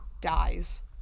dies